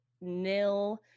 nil